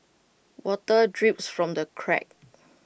water drips from the cracks